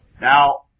Now